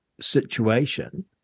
situation